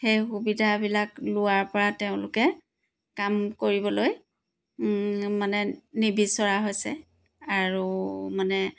সেই সুবিধাবিলাক লোৱাৰ পৰা তেওঁলোকে কাম কৰিবলৈ মানে নিবিচৰা হৈছে আৰু মানে